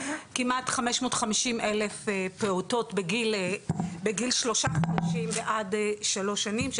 כמעט 550 אלף פעוטות בגיל שלושה חודשים ועד שלוש שנים,